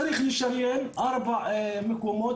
צריך לשריין ארבעה מקומות,